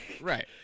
right